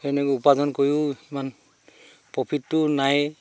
সেই সেনেকৈ উপাৰ্জন কৰিও ইমান প্ৰফিটতোও নাইয়ে